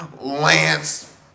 Lance